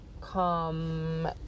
come